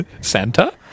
Santa